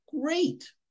Great